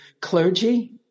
clergy